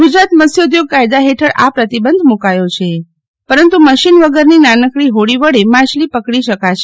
ગુજરાત મત્સ્યોઘોગ કાયદા હેઠળ આ પ્રતિબંધ મુકાયો છે પરંતુ મશીન વગરની નાનકડી હોડી વડે માછલી પકડી શકાશે